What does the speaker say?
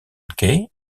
kay